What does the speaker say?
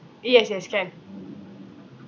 yes yes can